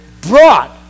brought